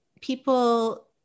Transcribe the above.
people